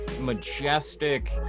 majestic